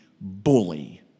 bully